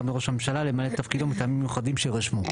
מראש הממשלה למלא את תפקידו מטעמים מיוחדים שיירשמו'.